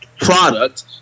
product